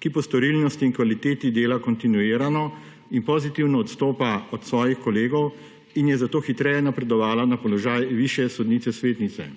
ki po storilnosti in kvaliteti dela kontinuirano in pozitivno odstopa od svojih kolegov in je zato hitreje napredovala na položaj višje sodnice svetnice.